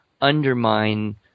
undermine